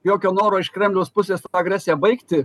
jokio noro iš kremliaus pusės tą agresiją baigti